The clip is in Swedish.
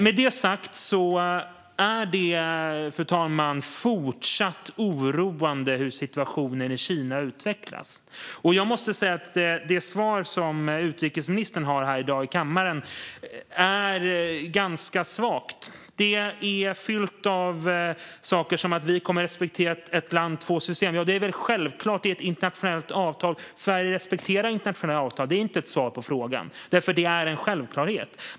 Med det sagt är det fortsatt oroande hur situationen i Kina utvecklas. Jag måste säga att det svar som utrikesministern ger här i dag i kammaren är ganska svagt. Det är fyllt av saker som att vi kommer att respektera ett land och två system. Det är självklart; det är ju ett internationellt avtal. Sverige respekterar internationella avtal. Det är inte ett svar på frågan, för det är en självklarhet.